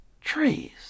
trees